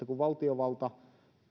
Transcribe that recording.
kun valtiovalta